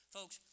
Folks